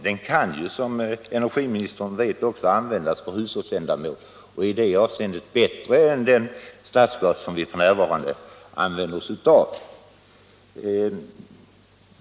Den kan ju, som industriministern vet, också användas för hushållsändamål, och den är i det avseendet bättre än den stadsgas som vi f. n. använder oss av.